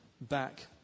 back